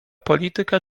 polityka